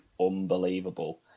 unbelievable